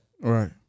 Right